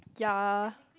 ya